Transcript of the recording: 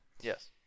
Yes